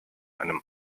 einem